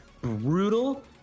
brutal